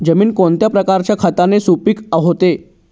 जमीन कोणत्या प्रकारच्या खताने सुपिक होते?